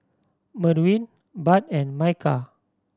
Merwin Budd and Micah